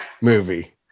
movie